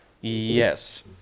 yes